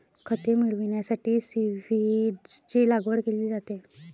खते मिळविण्यासाठी सीव्हीड्सची लागवड केली जाते